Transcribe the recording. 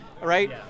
right